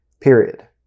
period